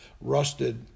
rusted